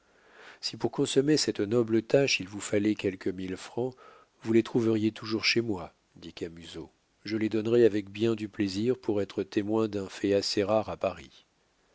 si pour consommer cette noble tâche il vous fallait quelques mille francs vous les trouveriez toujours chez moi dit camusot je les donnerais avec bien du plaisir pour être témoin d'un fait assez rare à paris